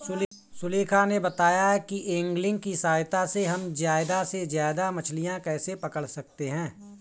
सुलेखा ने बताया कि ऐंगलिंग की सहायता से हम ज्यादा से ज्यादा मछलियाँ कैसे पकड़ सकते हैं